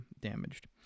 damaged